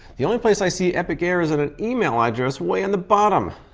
the only place i see epochair is in an email address way on the bottom.